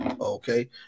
Okay